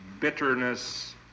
bitterness